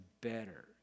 better